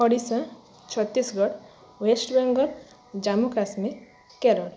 Odisha Chhattisgarh West Bengal Jammu Kashmir Kerala